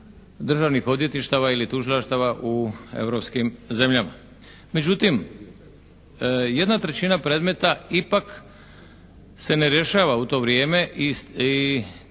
državnih odvjetništava ili tužilaštava u europskim zemljama. Međutim, 1/3 predmeta ipak se ne rješava u to vrijeme i